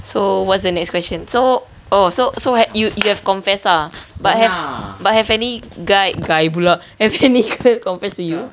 so what's the next question so oh so so you you have confess ah but have but have any guy guy have any girl confess to you